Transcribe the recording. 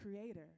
creator